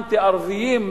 אנטי-ערביים,